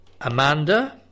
Amanda